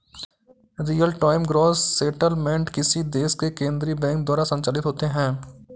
real time gross settlement किसी देश के केन्द्रीय बैंक द्वारा संचालित होते हैं